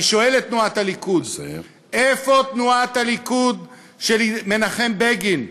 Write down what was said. אני שואל את תנועת הליכוד: איפה תנועת הליכוד של מנחם בגין,